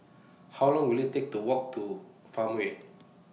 How Long Will IT Take to Walk to Farmway